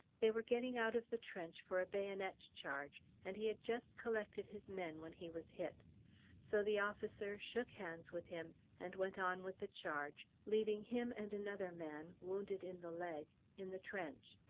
they were getting out of the trench for a bayonet charge, and he had just collected his men when he was hit so the officer shook hands with him and went on with the charge, leaving him and another man, wounded in the leg, in the trench.